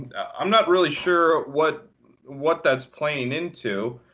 i'm not really sure what what that's playing into.